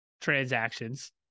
transactions